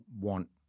want